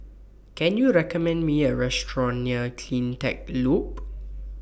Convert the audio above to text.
Can YOU recommend Me A Restaurant near CleanTech Loop